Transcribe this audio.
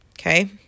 okay